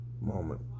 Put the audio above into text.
moment